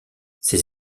ces